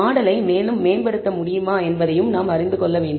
மாடலை மேலும் மேம்படுத்த முடியுமா என்பதையும் நாம் அறிந்து கொள்ள வேண்டும்